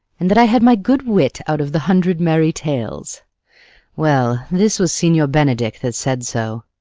and that i had my good wit out of the hundred merry tales well, this was signior benedick that said so.